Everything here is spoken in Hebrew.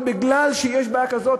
אבל מכיוון שיש בעיה כזאת,